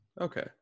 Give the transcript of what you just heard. okay